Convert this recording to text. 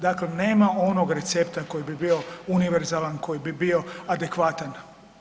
Dakle, nema onog recepta koji bi bio univerzalan, koji bi bio adekvatan.